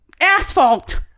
asphalt